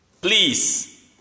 please